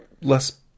less